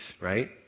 right